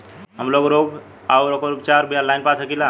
हमलोग रोग अउर ओकर उपचार भी ऑनलाइन पा सकीला?